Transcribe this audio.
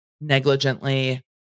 negligently